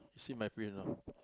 see my face now